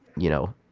you know,